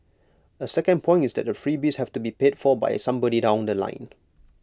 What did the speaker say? A second point is that the freebies have to be paid for by somebody down The Line